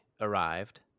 arrived